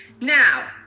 Now